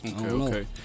okay